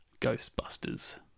Ghostbusters